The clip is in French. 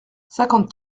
cinquante